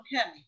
Okay